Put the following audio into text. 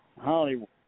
Hollywood